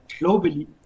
globally